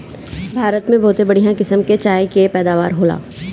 भारत में बहुते बढ़िया किसम के चाय के पैदावार होला